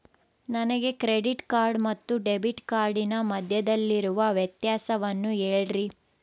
ನನಗೆ credit card ಮತ್ತು debit ಕಾರ್ಡಿನ ಮಧ್ಯದಲ್ಲಿರುವ ವ್ಯತ್ಯಾಸವನ್ನು ಹೇಳ್ರಿ?